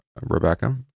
Rebecca